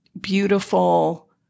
beautiful